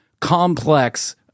complex